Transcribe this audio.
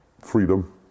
freedom